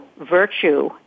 Virtue